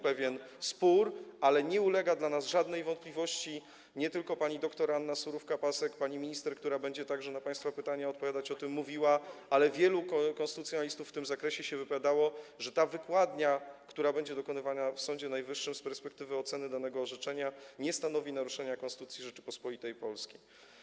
pewien spór, ale nie ulega dla nas żadnej wątpliwości - nie tylko pani dr Anna Surówka-Pasek, pani minister, która będzie także na państwa pytania odpowiadać, o tym mówiła, ale wielu konstytucjonalistów w tym zakresie się wypowiadało - że ta wykładnia, która będzie dokonywana w Sądzie Najwyższym z perspektywy oceny danego orzeczenia, nie stanowi naruszenia Konstytucji Rzeczypospolitej Polskiej.